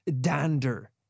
dander